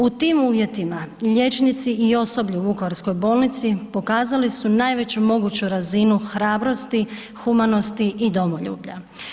U tim uvjetima liječnici i osoblje u vukovarskoj bolnici pokazali su najveću moguću razinu hrabrosti, humanosti i domoljublja.